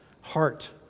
heart